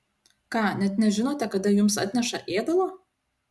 ką net nežinote kada jums atneša ėdalo